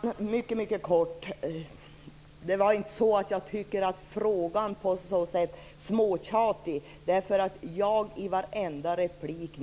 Fru talman! Mycket kort: Jag tyckte inte att frågan var småtjatig, men jag har nu i varenda replik